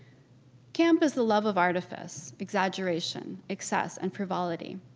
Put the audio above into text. camp is the love of artifice, exaggeration, excess and frivolity.